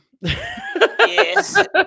Yes